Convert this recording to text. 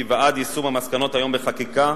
ועד יישום המסקנות היום בחקיקה,